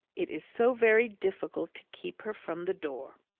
it is so very difficult to keep her from the door.